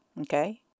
okay